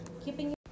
keeping